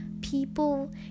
people